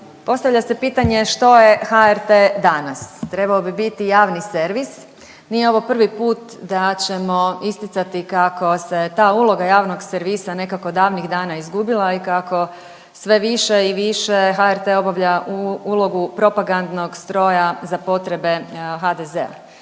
postavlja se pitanje što je HRT danas? Trebao bi biti javni servis. Nije ovo prvi put da ćemo isticati kako se ta uloga javnog servisa nekako davnih dana izgubila i kako sve više i više HRT obavlja ulogu propagandnog stroja za potrebe HDZ-a.